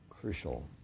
crucial